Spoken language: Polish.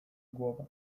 głowa